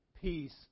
peace